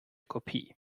kopie